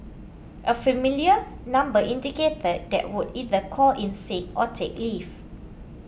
a familiar number indicated that would either call in sick or take leave